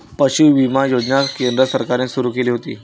पशुधन विमा योजना केंद्र सरकारने सुरू केली होती